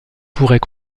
pourrait